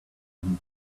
him